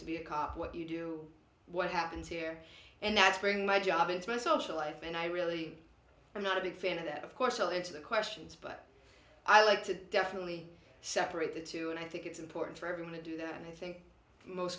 to be a cop what you do what happens here and that's bring my job into my social life and i really i'm not a big fan of that of course i'll answer the questions but i like to definitely separate the two and i think it's important for everyone to do that and i think most